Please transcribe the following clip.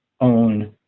own